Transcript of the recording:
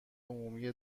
عمومی